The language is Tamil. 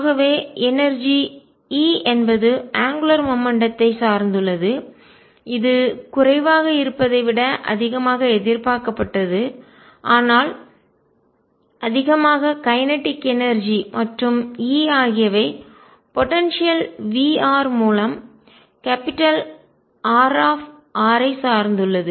ஆகவே எனர்ஜிஆற்றல் E என்பது அங்குலார் மொமெண்ட்டம்த்தை கோண உந்தம் சார்ந்துள்ளது இது குறைவாக இருப்பதை விட அதிகமாக எதிர்பார்க்கப்பட்டது ஆனால் அதிகமாக கைனட்டிக் எனர்ஜிஇயக்க ஆற்றல் மற்றும் E ஆகியவை போடன்சியல் V மூலம் R ஐ சார்ந்துள்ளது